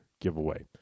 giveaway